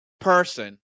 person